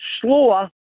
slower